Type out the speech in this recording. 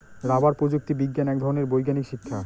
rubber প্রযুক্তি বিজ্ঞান এক ধরনের বৈজ্ঞানিক শিক্ষা